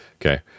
okay